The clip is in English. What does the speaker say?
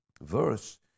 verse